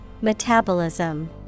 Metabolism